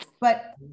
but-